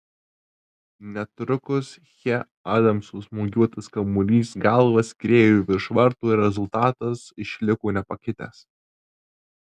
netrukus che adamso smūgiuotas kamuolys galva skriejo virš vartų ir rezultatas išliko nepakitęs